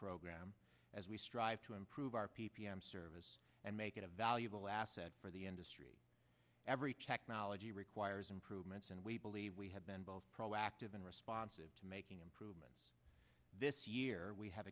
program as we strive to improve our p p m service and make it a valuable asset for the industry every technology requires improvements and we believe we have been both proactive and responsive to making improvements this year we ha